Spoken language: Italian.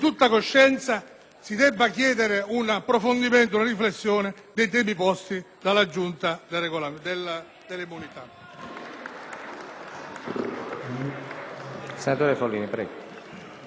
si debbano chiedere un approfondimento e una riflessione dei temi posti dalla Giunta delle elezioni.